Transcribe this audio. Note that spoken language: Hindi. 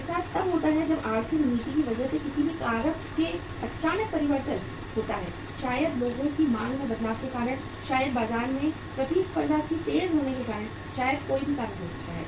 ऐसा तब होता है जब आर्थिक नीति की वजह से किसी भी कारक में अचानक परिवर्तन होता है शायद लोगों की मांग में बदलाव के कारण शायद बाजार में प्रतिस्पर्धा के तेज होने के कारण शायद कोई भी कारण हो सकता है